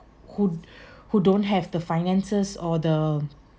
who who don't have the finances or the